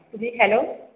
जी hello